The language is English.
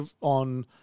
on